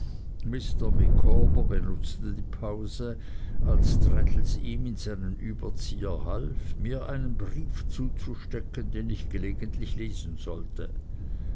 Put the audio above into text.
micawber benutzte die pause als traddles ihm in seinen überzieher half mir einen brief zuzustecken den ich gelegentlich lesen sollte